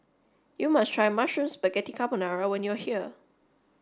you must try Mushroom Spaghetti Carbonara when you are here